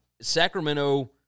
Sacramento